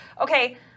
Okay